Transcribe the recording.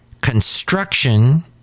construction